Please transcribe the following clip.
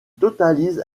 totalise